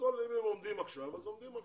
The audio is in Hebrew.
אם הם עומדים עכשיו אז עומדים עכשיו,